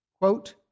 Quote